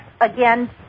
Again